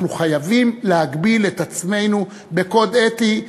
אנחנו חייבים להגביל את עצמנו בקוד אתי,